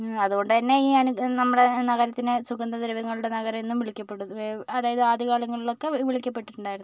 അത് കൊണ്ട് തന്നെ ഈ നമ്മുടെ നഗരത്തിന് സുഗന്ധദ്രവ്യങ്ങളുടെ നഗരമെന്നും വിളിക്കപ്പെടും അതായത് ആദ്യ കാലങ്ങളിലൊക്കെ വിളിക്കപ്പെട്ടിട്ടുണ്ടായിരുന്നു